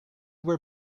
were